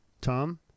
Tom